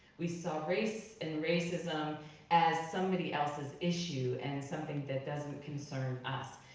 we saw race and racism as somebody else's issue, and something that doesn't concern us.